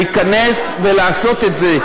להיכנס ולעשות את זה.